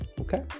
okay